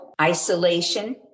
isolation